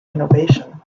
innovation